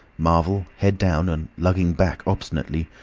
marvel, head down, and lugging back obstinately,